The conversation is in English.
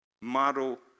model